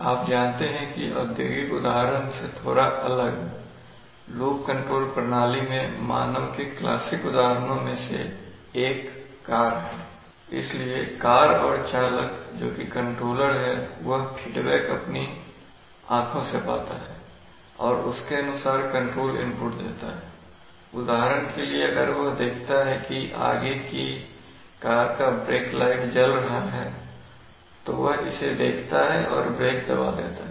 आप जानते हैं कि औद्योगिक उदाहरण से थोड़ा अलग लूप कंट्रोल प्रणाली में मानव के क्लासिक उदाहरणों में से एक कार है इसलिए कार और चालक जोकि कंट्रोलर है वह फीडबैक अपनी आंखों से पाता है और उसके अनुसार कंट्रोल इनपुट देता है उदाहरण के लिए अगर वह देखता है कि आगे की कार का ब्रेक लाइट जल रहा है तो वह इसे देखता है और ब्रेक दबा देता है